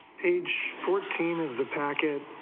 page fourteen of the packet,